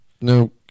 no